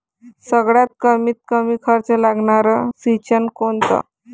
सगळ्यात कमीत कमी खर्च लागनारं सिंचन कोनचं?